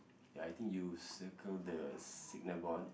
ya I think you circle the signal board